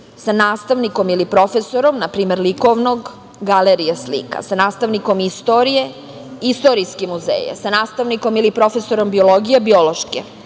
sa nastavnikom ili profesorom na primer likovnog - galerija slika, sa nastavnikom istorije - istorijske muzeje, sa nastavnikom ili profesorom biologije – biološke.